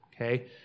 okay